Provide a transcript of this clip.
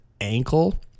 ankle